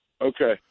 okay